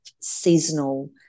seasonal